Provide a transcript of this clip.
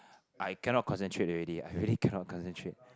I cannot concentrate already I really cannot concentrate